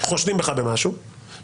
נאמר שחושדים בך במשהו ובשני